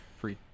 free